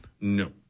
No